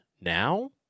now